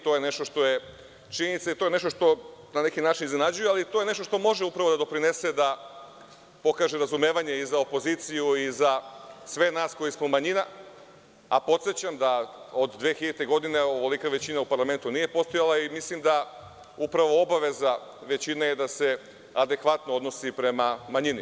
To je nešto što je činjenica i što na neki način iznenađuje, ali to je nešto što može upravo da doprinese da pokaže razumevanje za opoziciju i za sve nas koji smo manjina, a podsećam da od 2000. godine ovolika većina u parlamentu nije postojala i mislim da je upravo obaveza većine da se adekvatno odnosi prema manjini.